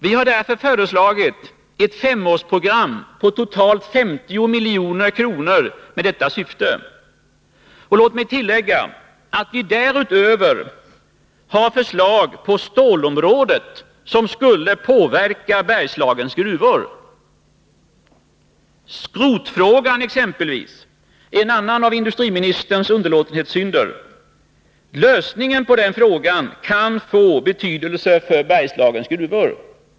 Vi har därför föreslagit ett femårsprogram på totalt 50 milj.kr. med det syftet. Låt mig tillägga att vi därutöver har förslag på stålområdet som skulle påverka Bergslagens gruvor. Skrotfrågan exempelvis är en annan av industriministerns underlåtenhetssynder. Lösningen av den frågan kan få betydelse för Bergslagens gruvor.